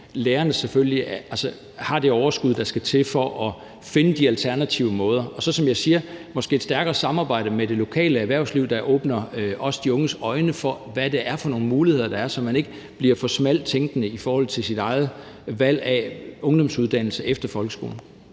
lærerne har det overskud, der skal til for at finde de alternative måder at gøre det på. Og som jeg siger, skal der måske være et stærkere samarbejde med det lokale erhvervsliv, der også åbner de unges øjne for, hvad for nogle muligheder der er, så man ikke bliver for smalt tænkende i forhold til sit eget valg af ungdomsuddannelse efter folkeskolen.